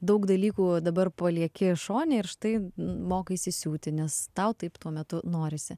daug dalykų dabar palieki šone ir štai mokaisi siūti nes tau taip tuo metu norisi